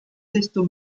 desto